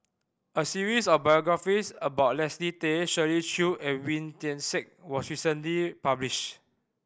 a series of biographies about Leslie Tay Shirley Chew and Wee Tian Siak was recently published